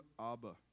Abba